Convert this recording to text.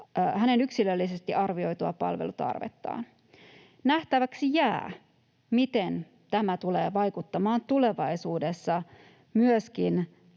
hänen yksilöllisesti arvioitua palvelutarvettaan. Nähtäväksi jää, miten tämä tulee vaikuttamaan tulevaisuudessa myöskin